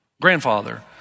grandfather